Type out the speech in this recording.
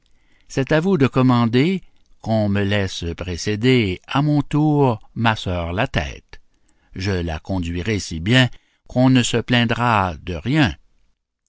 c'est à vous de commander qu'on me laisse précéder à mon tour ma sœur la tête je la conduirai si bien qu'on ne se plaindra de rien